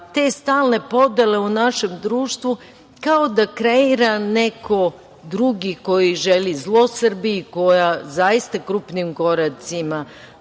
te stalne podele u našem društvu kao da kreira neko drugi koji želi zlo Srbiji, koja zaista krupnim koracima